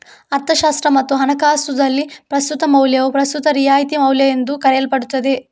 ಅರ್ಥಶಾಸ್ತ್ರ ಮತ್ತು ಹಣಕಾಸುದಲ್ಲಿ, ಪ್ರಸ್ತುತ ಮೌಲ್ಯವು ಪ್ರಸ್ತುತ ರಿಯಾಯಿತಿ ಮೌಲ್ಯಎಂದೂ ಕರೆಯಲ್ಪಡುತ್ತದೆ